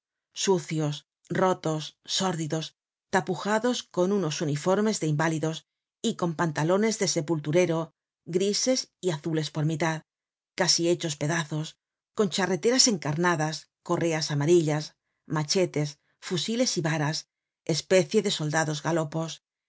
sucios rotos sórdidos tapujados con unos uniformes de inválidos y con pantalones de sepulturero grises y azules por mitad casi hechos pedazos con charreteras encarnadas correas amarillas machetes fusiles y varas especie de soldados galopos